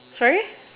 sorry